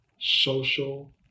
social